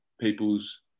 people's